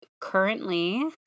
currently